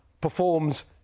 performs